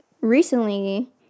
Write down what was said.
recently